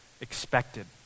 expected